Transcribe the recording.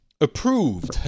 approved